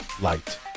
light